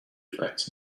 effects